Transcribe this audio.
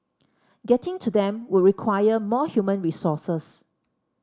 getting to them would require more human resources